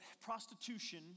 prostitution